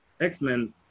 X-Men